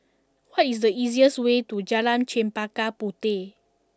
what is the easiest way to Jalan Chempaka Puteh